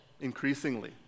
increasingly